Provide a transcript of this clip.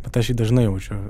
bet aš jį dažnai jaučiu